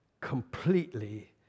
completely